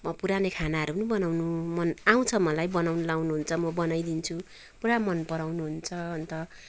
म पुरानै खानाहरू पनि बनाउनु मन आउँछ मलाई बनाउनु लाउनुहुन्छ म बनाइदिन्छु पुरा मनपराउनु हुन्छ अन्त